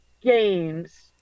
games